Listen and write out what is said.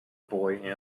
boy